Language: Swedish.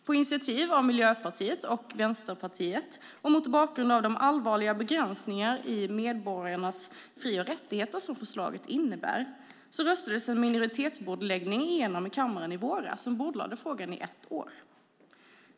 På initiativ av Miljöpartiet och Vänsterpartiet, och mot bakgrund av de allvarliga begränsningar i medborgarnas fri och rättigheter som förslaget innebar, röstades en minoritetsbordläggning igenom i kammaren i våras som bordlade frågan i ett år.